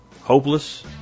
hopeless